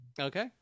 Okay